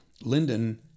Lyndon